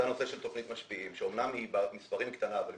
הנושא של תוכנית משפיעים שאמנם היא במספרים קטנה אבל היא